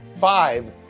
five